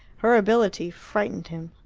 her ability frightened him.